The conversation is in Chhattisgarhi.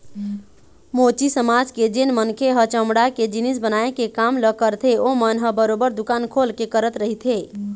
मोची समाज के जेन मनखे ह चमड़ा के जिनिस बनाए के काम ल करथे ओमन ह बरोबर दुकान खोल के करत रहिथे